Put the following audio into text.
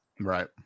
Right